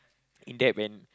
in depth and